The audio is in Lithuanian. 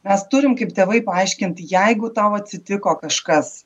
mes turim kaip tėvai paaiškint jeigu tau atsitiko kažkas